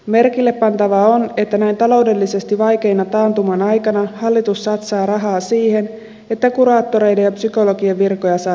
merkille pantavaa on että näin taloudellisesti vaikeana taantuman aikana hallitus satsaa rahaa siihen että kuraattoreiden ja psykologien virkoja saadaan lisää